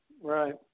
right